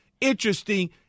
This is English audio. interesting